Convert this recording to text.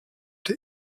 der